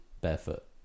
barefoot